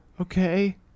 Okay